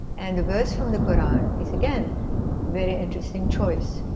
and the verse from the koran is again a very interesting choice.